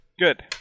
Good